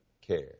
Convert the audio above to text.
care